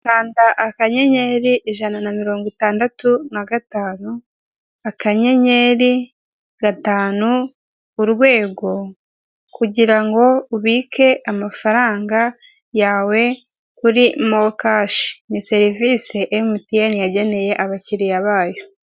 Kanda akanyenyeri ijana na mirongo itandatu na gatanu akanyenyeri gatanu urwego kugirango ubike amafaranga yawe kuri mokashi ni serivise MTN yageneye abakiriya bayo.